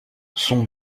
son